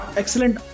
excellent